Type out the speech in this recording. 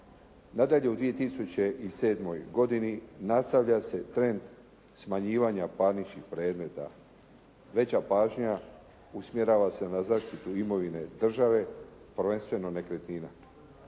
Nadalje, u 2007. godini nastavlja se trend smanjivanja parničnih predmeta. Veća pažnja usmjerava se na zaštitu imovine države, prvenstveno nekretnina.